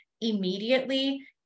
immediately